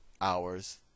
hours